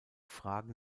fragen